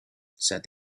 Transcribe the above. said